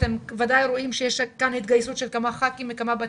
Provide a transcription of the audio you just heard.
אתם ודאי רואים שיש כאן התגייסות של כמה ח"כים מכמה בתים,